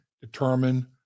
determine